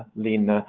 lynn.